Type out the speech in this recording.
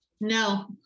No